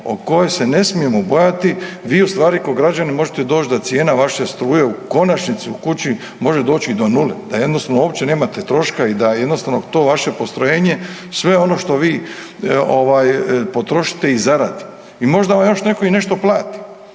u kojoj se ne smijemo bojati vi ustvari kao građanin možete doći do cijena vaše struje u konačnici u kući može doći i do nule, da jednostavno uopće nemate troška i da jednostavno to vaše postrojenje sve ono što vi potrošite i zaradite. I možda vam još netko i nešto plati